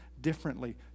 differently